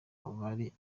hari